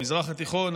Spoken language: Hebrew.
במזרח התיכון,